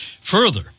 Further